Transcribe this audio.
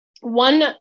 one